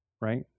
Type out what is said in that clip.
right